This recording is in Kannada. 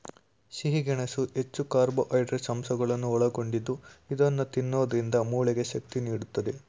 ಸಿಹಿ ಗೆಣಸು ಹೆಚ್ಚು ಕಾರ್ಬೋಹೈಡ್ರೇಟ್ಸ್ ಅಂಶಗಳನ್ನು ಒಳಗೊಂಡಿದ್ದು ಇದನ್ನು ತಿನ್ನೋದ್ರಿಂದ ಮೂಳೆಗೆ ಶಕ್ತಿ ನೀಡುತ್ತದೆ